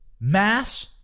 mass